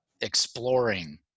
exploring